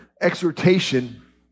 exhortation